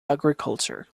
agriculture